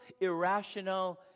irrational